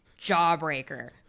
Jawbreaker